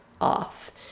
off